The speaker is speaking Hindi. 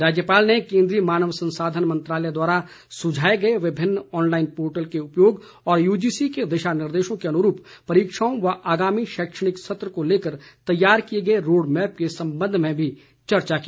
राज्यपाल ने केंद्रीय मानव संसाधन मंत्रालय द्वारा सुझाए गए विभिन्न ऑनलाईन पोर्टल के उपयोग और यूजीसी के दिशा निर्देशों के अन्रूप परीक्षाओं व आगामी शैक्षणिक सत्र को लेकर तैयार किए गए रोड़मैप के संबंध में भी चर्चा की